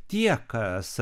tie kas